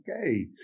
okay